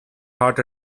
heart